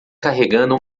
carregando